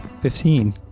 Fifteen